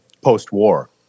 post-war